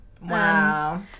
Wow